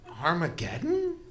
Armageddon